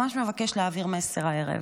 ממש מבקש להעביר מסר הערב.